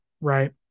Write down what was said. Right